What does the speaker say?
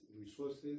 resources